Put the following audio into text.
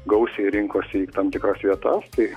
gausiai rinkosi į tam tikras vietas tai